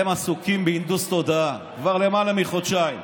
עסוקים בהנדוס תודעה כבר למעלה מחודשיים.